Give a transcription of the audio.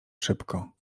szybko